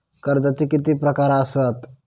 कर्जाचे किती प्रकार असात?